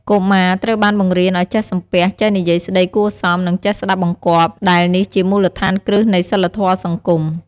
កុមារត្រូវបានបង្រៀនឱ្យចេះសំពះ ចេះនិយាយស្តីគួរសម និងចេះស្ដាប់បង្គាប់ ដែលនេះជាមូលដ្ឋានគ្រឹះនៃសីលធម៌សង្គម។